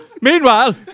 Meanwhile